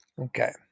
Okay